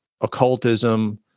occultism